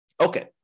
Okay